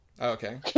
Okay